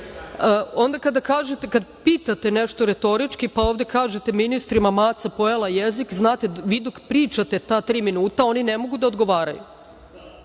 nekako tako. Onda kada pitate nešto retorički, pa onda kažete ministrima - maca pojela jezik, znate, vi dok pričate ta tri minuta, oni ne mogu da odgovaraju.